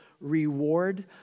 reward